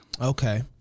Okay